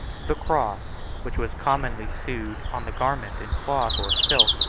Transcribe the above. the cross, which was commonly sewed on the garment, in cloth or silk,